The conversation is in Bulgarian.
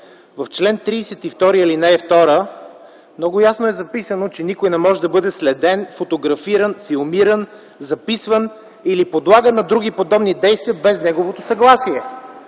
в чл. 32, ал. 2 много ясно е записано, че „Никой не може да бъде следен, фотографиран, филмиран, записван или подлаган на други подобни действия без неговото съгласие.”